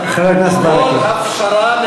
כל הפשרה,